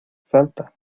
salta